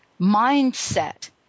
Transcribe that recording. mindset